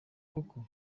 koko